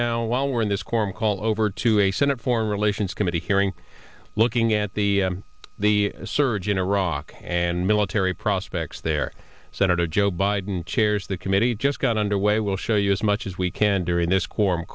now while we're in this quorum call over to a senate foreign relations committee hearing looking at the the surge in iraq and military prospects there senator joe biden chairs the committee just got underway we'll show you as much as we can during this quorum